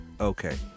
okay